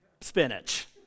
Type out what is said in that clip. spinach